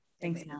Thanks